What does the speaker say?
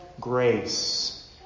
grace